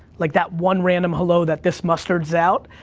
like that one random hello that this musters out,